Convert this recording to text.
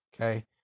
okay